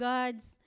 God's